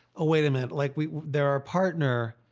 ah wait a minute, like, we. they're our partner,